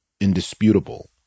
indisputable